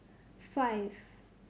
five